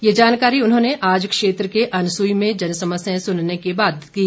ये जानकारी उन्होंने आज क्षेत्र के अनसूई में जनसमस्याएं सुनने के उपरान्त दी